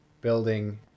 building